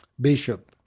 Bishop